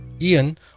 Ian